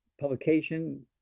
publication